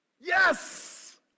yes